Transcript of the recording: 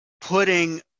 putting